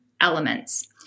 elements